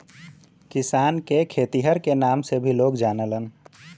किसान के खेतिहर के नाम से भी लोग जानलन